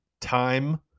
Time